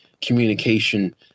communication